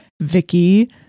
Vicky